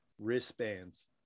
wristbands